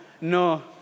no